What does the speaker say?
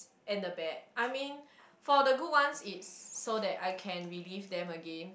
and the bad I mean for the good ones it's so that I can relive them again